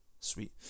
sweet